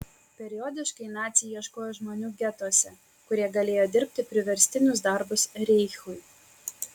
periodiškai naciai ieškojo žmonių getuose kurie galėjo dirbti priverstinius darbus reichui